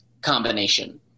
combination